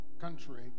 country